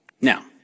Now